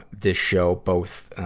this show, both, ah,